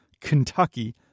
Kentucky